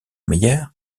meyer